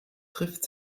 trifft